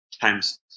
times